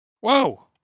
Whoa